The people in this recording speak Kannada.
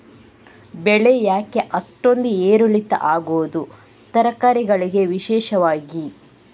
ಬೆಳೆ ಯಾಕೆ ಅಷ್ಟೊಂದು ಏರು ಇಳಿತ ಆಗುವುದು, ತರಕಾರಿ ಗಳಿಗೆ ವಿಶೇಷವಾಗಿ?